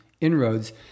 inroads